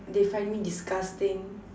they find me disgusting